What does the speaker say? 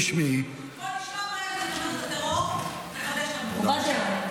בואו נשמע מה יש לתומכת הטרור לחדש שלנו, בבקשה.